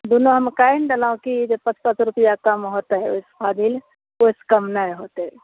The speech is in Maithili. दुनूमे कहि ने देलहुॅं कि जे पँच पँच रुपैआ कम होतै ओहिसे फाजिल ओहिसे कममे नहि होतै